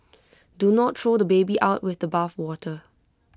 do not throw the baby out with the bathwater